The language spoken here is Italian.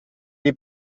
gli